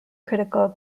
critical